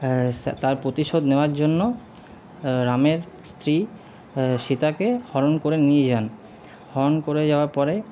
তার প্রতিশোধ নেওয়ার জন্য রামের স্ত্রী সীতাকে হরণ করে নিয়ে যান হরণ করে যাওয়ার পরে